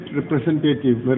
representative